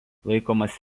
laikomas